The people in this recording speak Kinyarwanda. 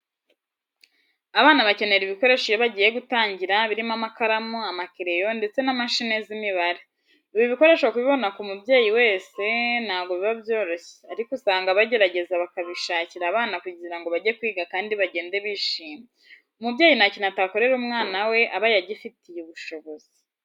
Abana bakenera ibikoresho iyo bagiye gitangira birimo amakaramu, amakereyo ndetse na mashine z'imibare. Ibi bikoresho kubibona ku mubyeyi wese ntabwo biba byoroshye ariko usanga bagerageza bakabishakira abana kugira ngo bajye kwiga kandi bagende bishimye. Umubyeyi nta kintu atakorera umwana we abaye agifitiye ubushobozi.